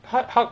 他他